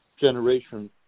generation